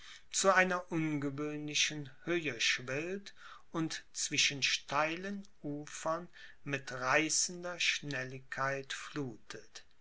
zu einer ungewöhnlichen höhe schwillt und zwischen steilen ufern mit reißender schnelligkeit fluthet